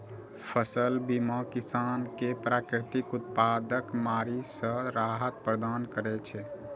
फसल बीमा किसान कें प्राकृतिक आपादाक मारि सं राहत प्रदान करै छै